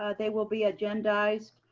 ah they will be agendized.